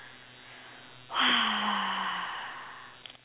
!wah!